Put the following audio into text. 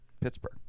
Pittsburgh